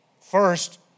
First